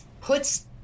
puts